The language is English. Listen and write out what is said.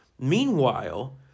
meanwhile